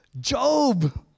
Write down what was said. Job